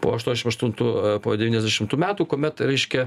po aštuoniašim aštuntų po devyniasdešimtų metų kuomet reiškia